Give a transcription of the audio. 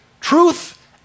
truth